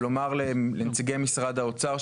ולומר לנציגי משרד האוצר,